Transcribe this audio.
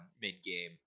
mid-game